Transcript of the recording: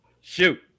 shoot